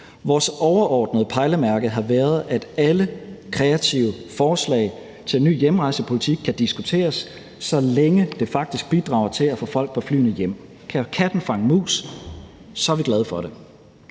Vores overordnede pejlemærke har været, at alle kreative forslag til en ny hjemrejsepolitik kan diskuteres, så længe det faktisk bidrager til at få folk på flyene hjem. Kan katten fange mus, er vi glade for det.